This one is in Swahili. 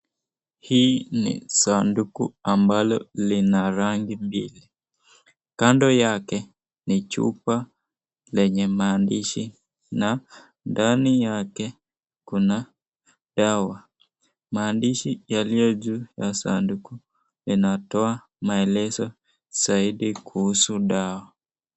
Hii ni sanduku ambalo lina rangi mbili kando yake ni chupa lenye maandishi na ndani yake kuna dawa. Maandishi yaliyo juu ya sanduky inatoa maelezo zaidi kuhusu dawa.